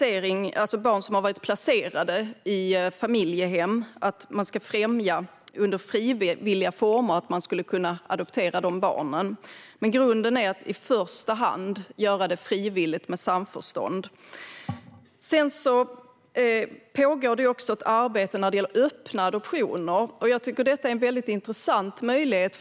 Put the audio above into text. När det gäller barn som varit placerade i familjehem ska man också främja att dessa barn ska kunna adopteras under frivilliga former. Grunden är dock att i första hand göra det frivilligt och med samförstånd. Det pågår också ett arbete när det gäller öppna adoptioner, och jag tycker att det är en intressant möjlighet.